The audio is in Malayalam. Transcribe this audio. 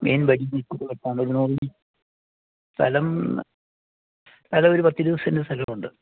മേയ്ൻ വഴിയിൽ കൂടെ പോകുന്ന വഴി സ്ഥലം സ്ഥലമൊരു പത്ത് ഇരുപത് സെൻറ്റ് സ്ഥലമുണ്ട്